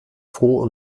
froh